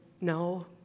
No